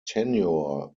tenure